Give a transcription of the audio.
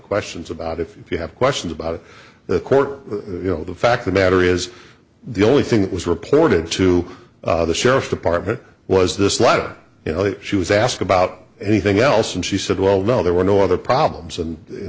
questions about if you have questions about the court you know the fact the matter is the only thing that was reported to the sheriff's department was this letter you know she was asked about anything else and she said well no there were no other problems and you